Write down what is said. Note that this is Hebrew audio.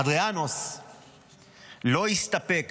אדריאנוס לא הסתפק